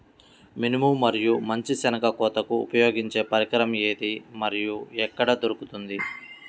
మినుము మరియు మంచి శెనగ కోతకు ఉపయోగించే పరికరం ఏది మరియు ఎక్కడ దొరుకుతుంది?